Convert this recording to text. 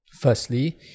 Firstly